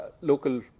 local